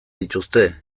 dituzte